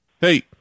Hey